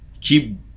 keep